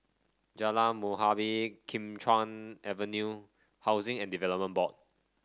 Jalan Muhibbah Kim Chuan Avenue Housing and Development Board